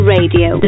Radio